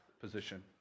position